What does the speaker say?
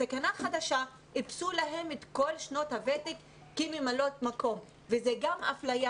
בתקנה החדשה איפסו להן את כל שנות הוותק כממלאות מקום וזה גם אפליה